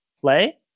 play